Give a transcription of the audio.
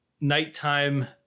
nighttime